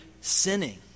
sinning